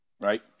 Right